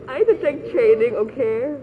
I have to take training okay